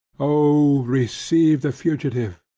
o! receive the fugitive,